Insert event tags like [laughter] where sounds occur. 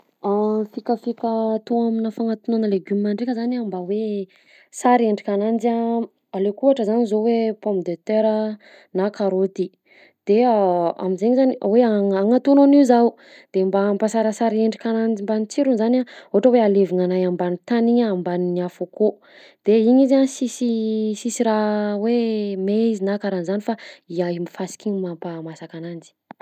[hesitation] Fikafika atao aminà fagnatonoana legioma ndraika zany a mba hor sara endrika ananjy a: alaiko ohatra zany zao hoe pomme de terre a na karaoty, de [hesitation] am'zainy zany hoe agna- anatono an'io zaho. De mba hampasarasara endrika ananjy mban'ny tsirony zany a ohatra hoe alevignanahy ambany tagny igny a, ambanin'ny afo akao, de igny izy a sisy sisy raha hoe may izy na karahan'zany fa igny amy fasika igny mampahamasaka ananjy.